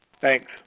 Thanks